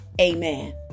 amen